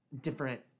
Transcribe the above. different